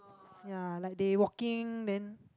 ya like they walking then